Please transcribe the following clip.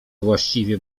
właściwie